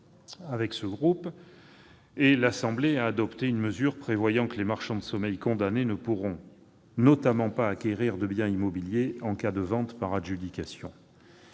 avec eux -, les députés ont adopté une mesure prévoyant que les marchands de sommeil condamnés ne pourront notamment pas acquérir de biens immobiliers en cas de vente par adjudication.